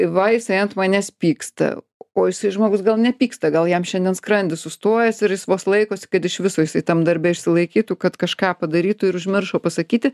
va jisai ant manęs pyksta o jisai žmogus gal nepyksta gal jam šiandien skrandis sustojęs ir jis vos laikosi kad iš viso jisai tam darbe išsilaikytų kad kažką padarytų ir užmiršo pasakyti